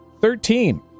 Thirteen